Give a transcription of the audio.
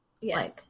Yes